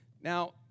Now